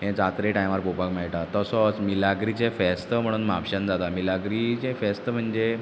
तें जात्रे टायमार पोवपाक मेयटा तसोच मिलाग्रिचें फेस्त म्हुणून म्हापश्यांन जाता मिलाग्रिचें फेस्त म्हणजे